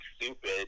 stupid